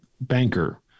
banker